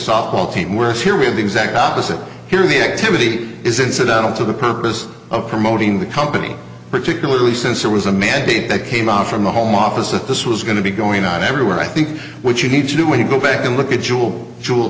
softball team were theory of the exact opposite here the activity is incidental to the purpose of promoting the company particularly since there was a mandate that came out from the home office if this was going to be going on everywhere i think what you need to do when you go back and look at jewel jewel